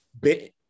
bit